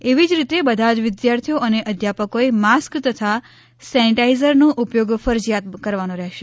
એવી જ રીતે બધા જ વિદ્યાર્થીઓ અને અધ્યાપકોએ માસ્ક તથા સેનીટાઈઝરનો ઉપયોગ ફરજીયાત કરવાનો રહેશે